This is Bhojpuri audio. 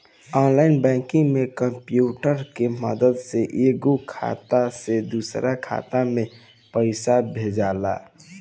ऑनलाइन बैंकिंग में कंप्यूटर के मदद से एगो खाता से दोसरा खाता में पइसा भेजाला